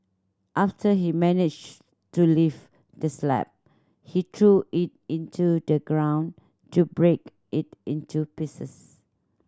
after he managed to lift the slab he threw it into the ground to break it into pieces